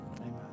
Amen